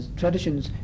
traditions